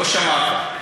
לא שמעת.